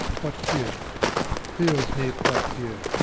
poitou. fields near poitiers.